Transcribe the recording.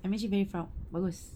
I'm actually very proud bagus